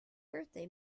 birthday